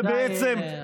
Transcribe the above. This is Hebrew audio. די, די.